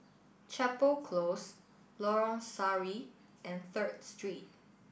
Chapel Close Lorong Sari and Third Street